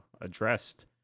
addressed